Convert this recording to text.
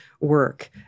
work